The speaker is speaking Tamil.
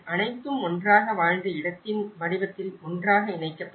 அனைத்தும் ஒன்றாக வாழ்ந்த இடத்தின் வடிவத்தில் ஒன்றாக இணைக்கப்படும்